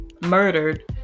murdered